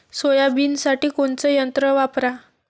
सोयाबीनसाठी कोनचं यंत्र वापरा?